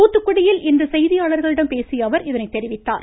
துாத்துகுடியில் இன்று செய்தியாளர்களிடம் பேசிய அவர் இதனை தெரிவித்தார்